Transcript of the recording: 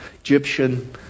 Egyptian